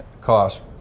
cost